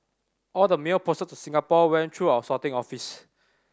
all the mail posted to Singapore went through our sorting office